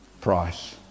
price